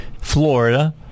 Florida